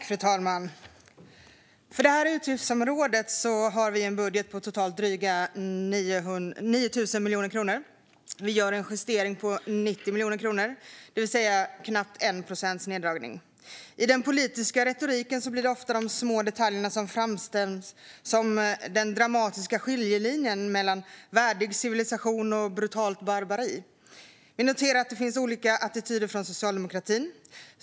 Fru talman! På det här utgiftsområdet har vi en budget på totalt drygt 9 000 miljoner kronor. Vi gör en justering med 90 miljoner kronor, det vill säga knappt 1 procents neddragning. I den politiska retoriken blir det ofta de små detaljerna som framställs som den dramatiska skiljelinjen mellan värdig civilisation och brutalt barbari. Vi noterar att det finns olika attityder från socialdemokratin.